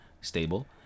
stable